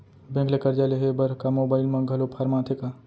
Bank ले करजा लेहे बर का मोबाइल म घलो फार्म आथे का?